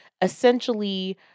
essentially